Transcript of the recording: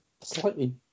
slightly